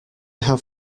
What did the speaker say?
have